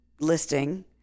listing